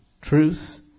Truth